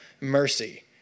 mercy